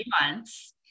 months